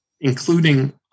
including